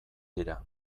dira